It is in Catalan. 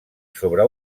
sobre